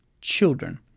children